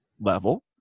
level